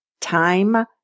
Time